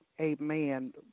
amen